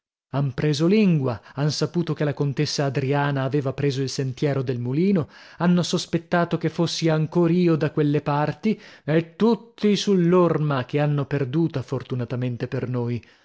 han preso lingua han saputo che la contessa adriana aveva preso il sentiero del mulino hanno sospettato che fossi ancor io da quelle parti e tutti sull'orma che hanno perduta fortunatamente per noi